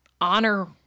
honor